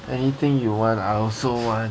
anything you want I also want